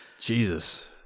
Jesus